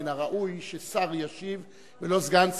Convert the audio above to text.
מן הראוי ששר ישיב ולא סגן שר,